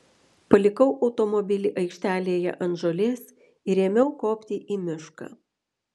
palikau automobilį aikštelėje ant žolės ir ėmiau kopti į mišką